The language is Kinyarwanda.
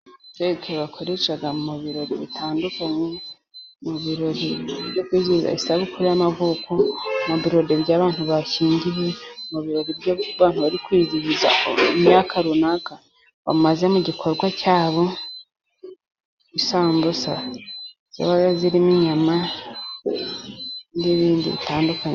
Keke bakoresha mu birori bitandukanye ,mu birori byo kwizihiza ,isabukuru y'amavuko na birori by' abantu bashyingiwe, mu birori by'abantu bari kwizihiza imyaka runaka bamaze mu gikorwa cyabo isambusa ziba zirimo inyama, n'ibindi bitandukanye.